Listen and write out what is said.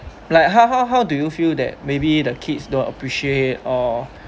like how how how do you feel like maybe the kids don't appreciate or